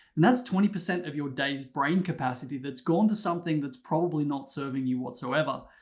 and that's twenty percent of your day's brain capacity that's gone to something that's probably not serving you whatsoever.